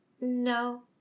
No